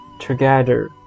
together